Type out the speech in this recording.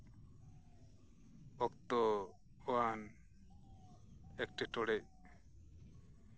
ᱚᱠᱛᱚᱣᱟᱱ ᱮᱴᱠᱮᱴᱚᱬᱮ